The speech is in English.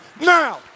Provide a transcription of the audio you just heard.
now